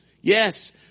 Yes